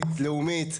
לאומית.